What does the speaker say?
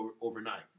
overnight